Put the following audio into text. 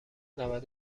نود